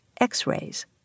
X-rays